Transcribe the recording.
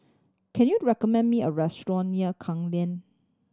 can you recommend me a restaurant near Klang Lane